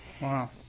Wow